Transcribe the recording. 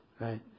right